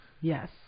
Yes